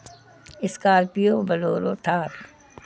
scorpio bolero Thar